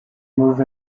move